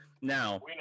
Now